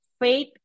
Faith